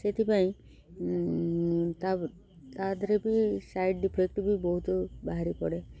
ସେଥିପାଇଁ ତା ଦେହରେ ବି ସାଇଡ଼୍ ଇଫେକ୍ଟ ବି ବହୁତ ବାହାରି ପଡ଼େ